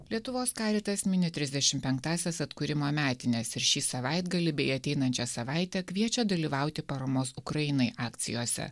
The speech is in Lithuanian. lietuvos caritas mini trisdešim penktąsias atkūrimo metines ir šį savaitgalį bei ateinančią savaitę kviečia dalyvauti paramos ukrainai akcijose